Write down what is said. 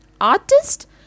Artist